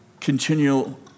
continual